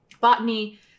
botany